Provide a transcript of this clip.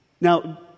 Now